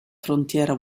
frontiera